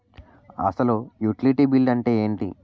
అసలు utility bill అంతే ఎంటి?